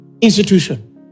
institution